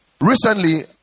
Recently